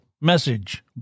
message